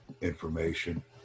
information